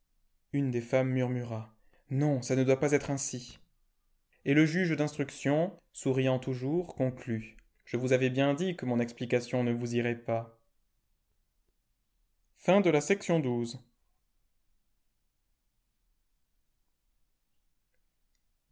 une des femmes murmura non ça ne doit pas être ainsi et le juge d'instruction souriant toujours conclut je vous avais bien dit que mon explication ne vous irait pas